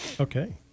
Okay